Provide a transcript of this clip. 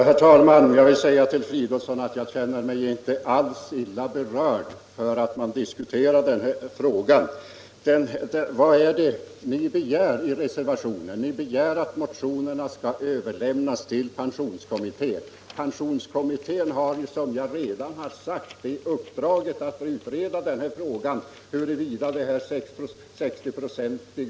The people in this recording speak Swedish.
Herr talman! Jag känner mig inte alls illa berörd av att man diskuterar den här frågan. I reservationen begär ni att motionen skall överlämnas till pensionskommittén. Pensionskommittén har, som jag redan sagt, uppdrag att utreda frågan, huruvida ett tak vid 60 ".